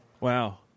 Wow